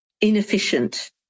inefficient